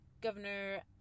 Governor